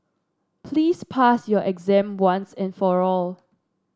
please pass your exam once and for all